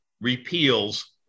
repeals